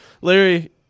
larry